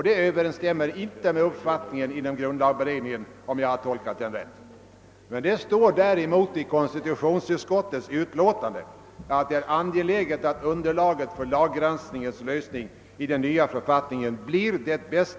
Det överensstämmer inte med grundlagberedningens uppfattning, om jag har tolkat den rätt. I konstitutionsutskottets utlåtande heter det emellertid: »Det är givetvis angeläget, att underlaget för laggranskningsfrågans lösning i den nya författningen blir det bästa möjliga.